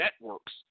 networks